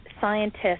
scientists